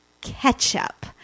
ketchup